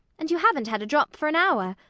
and you haven't had a drop for an hour.